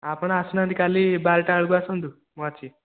ଆପଣ ଆସୁନାହାଁନ୍ତି କାଲି ବାରଟା ବେଳେକୁ ଆସନ୍ତୁ ମୁଁ ଅଛି